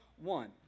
one